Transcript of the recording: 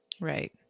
Right